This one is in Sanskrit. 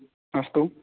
अस्तु